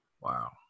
Wow